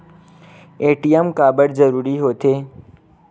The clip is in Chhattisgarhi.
ए.टी.एम काबर जरूरी हो थे?